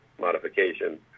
modification